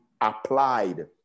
applied